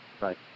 Right